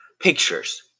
pictures